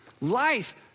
life